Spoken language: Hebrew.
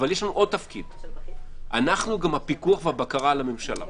אבל יש לנו עוד תפקיד אנחנו הפיקוח והבקרה על הממשלה.